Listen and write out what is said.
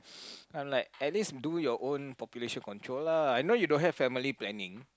I'm like at least do your own population control lah I know you don't have family planning